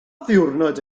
ddiwrnod